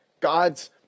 God's